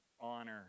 honor